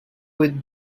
with